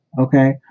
okay